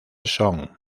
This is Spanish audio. son